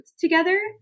together